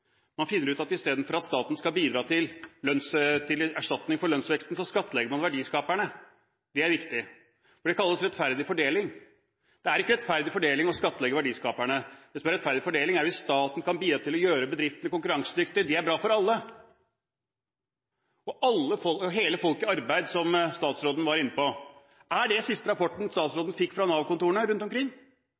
at staten skal bidra til erstatning for lønnsveksten, så skattlegger man verdiskaperne – det er viktig, for det kalles rettferdig fordeling. Det er ikke rettferdig fordeling å skattlegge verdiskaperne! Det som er rettferdig fordeling, er hvis staten kan bidra til å gjøre bedriftene konkurransedyktige. Det er bra for alle. Dette med «hele folket i arbeid», som statsråden var inne på: Er det den siste rapporten som staten fikk fra Nav-kontorene rundt omkring?